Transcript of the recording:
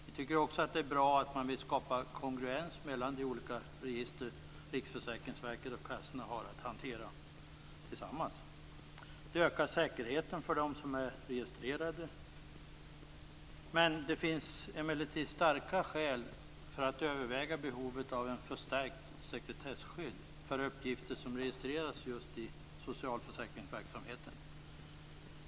Vi tycker också att det är bra att man vill skapa kongruens mellan de olika register som Riksförsäkringsverket och försäkringskassorna har att hantera tillsammans. Det ökar säkerheten för dem som är registrerade. Det finns emellertid starka skäl att överväga behovet av ett förstärkt sekretesskydd för uppgifter som registreras i just socialförsäkringsverksamheten.